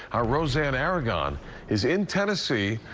our rose-ann aragon is in tennessee.